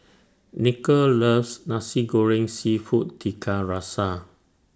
Nichol loves Nasi Goreng Seafood Tiga Rasa